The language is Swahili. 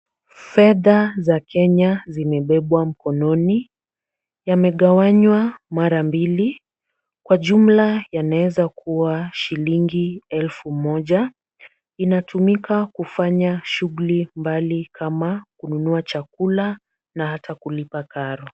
Fedha za kenya zimebebwa mkononi. Yamegawanywa mara mbili. Kwa jumla yanaweza kuwa shilingi elfu moja. Inatumika kufanya shughuli mbalimbali kama kununua chakula na hata kulipa karo.